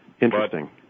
interesting